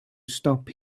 stop